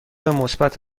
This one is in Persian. مثبت